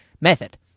method